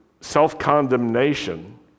self-condemnation